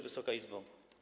Wysoka Izbo!